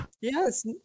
Yes